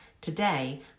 Today